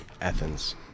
Athens